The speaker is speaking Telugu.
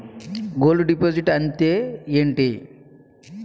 గోల్డ్ డిపాజిట్ అంతే ఎంటి?